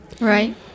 right